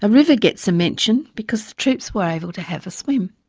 ah river gets a mention because troops were able to have a swim.